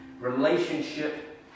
relationship